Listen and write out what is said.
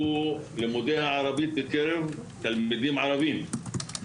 הוא לימודי הערבית בקרב תלמידים ערבים.